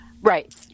Right